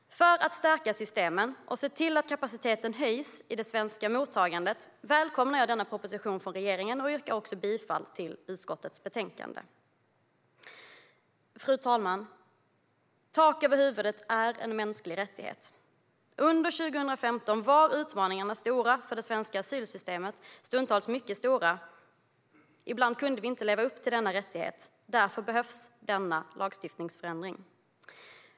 För att stärka systemen och se till att kapaciteten höjs i det svenska mottagandet välkomnar jag denna proposition från regeringen och yrkar bifall till utskottets förslag i betänkandet. Fru talman! Tak över huvudet är en mänsklig rättighet. Under 2015 var utmaningarna för det svenska asylsystemet stora, stundtals mycket stora. Ibland kunde vi inte leva upp till denna rättighet. Därför behövs denna lagstiftningsförändring.